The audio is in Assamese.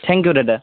থেংক ইউ দাদা